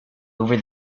over